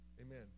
Amen